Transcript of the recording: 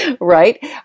right